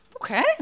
Okay